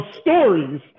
stories